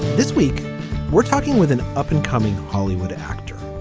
this week we're talking with an up and coming hollywood actor.